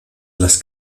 las